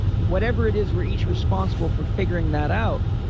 whatever it is we're each responsible for figuring that out.